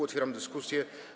Otwieram dyskusję.